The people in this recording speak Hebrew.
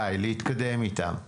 די, להתקדם איתם.